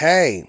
Hey